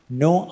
no